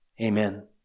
amen